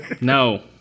No